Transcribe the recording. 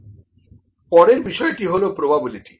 সুতরাং পরের বিষয়টি হলো প্রোবাবিলিটি